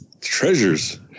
Treasures